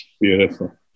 Beautiful